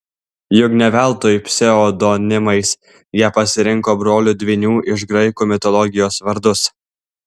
juk ne veltui pseudonimais jie pasirinko brolių dvynių iš graikų mitologijos vardus